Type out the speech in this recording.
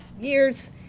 years